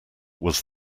was